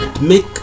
make